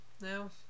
No